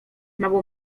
mało